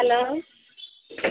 hello